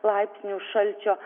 laipsnių šalčio